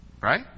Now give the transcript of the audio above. right